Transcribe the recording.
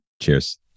Cheers